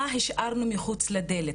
מה השארנו מחוץ לדלת,